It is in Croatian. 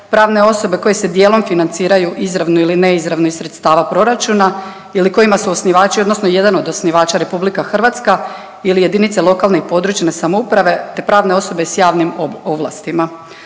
pravne osobe koje se dijelom financiraju izravno ili neizravno iz sredstava proračuna ili kojima su osnivači odnosno jedan od osnivača RH ili jedinice lokalne i područne samouprave, te pravne osobe sa javnim ovlastima.